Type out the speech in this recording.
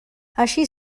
així